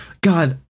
God